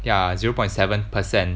yah zero point seven percent